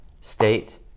state